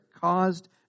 caused